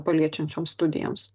paliečiančioms studijoms